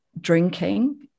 drinking